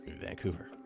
Vancouver